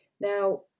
Now